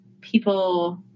people